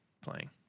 playing